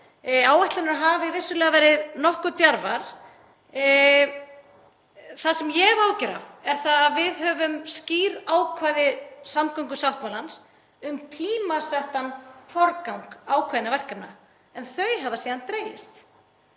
Áætlanir hafi vissulega verið nokkuð djarfar. Það sem ég hef áhyggjur af er að við höfum skýr ákvæði samgöngusáttmálans um tímasettan forgang ákveðinna verkefna en þau hafa síðan dregist.